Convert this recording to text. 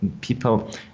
people